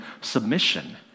submission